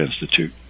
Institute